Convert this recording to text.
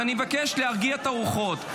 אני מבקש להרגיע את הרוחות,